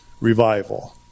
revival